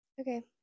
Okay